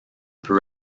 peu